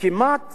כמעט